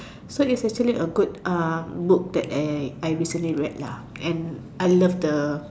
so it's actually a good uh book that I I recently read lah and I love the